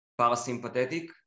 parasympathetic